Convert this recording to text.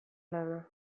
lana